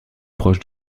proche